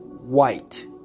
white